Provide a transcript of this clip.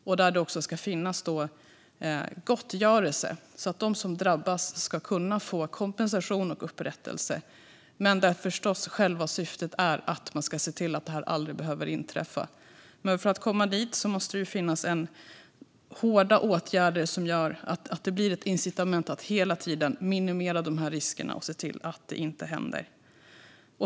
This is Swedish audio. Det ska också finnas gottgörelse så att de som drabbas ska kunna få kompensation och upprättelse, men själva syftet är förstås att man ska se till att det här aldrig behöver inträffa. För att vi ska komma dit måste det dock finnas hårda åtgärder som gör att det finns ett incitament att hela tiden minimera riskerna och se till att det inte händer.